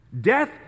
death